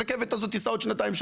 הרי הרכבת הזאת תיסע עוד שנתיים,